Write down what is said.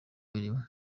imirimo